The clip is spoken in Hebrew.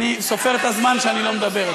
אני סופר את הזמן שאני לא מדבר,